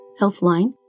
Healthline